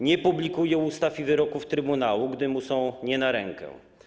Nie publikuje ustaw i wyroków trybunału, gdy mu są nie na rękę.